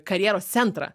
karjeros centrą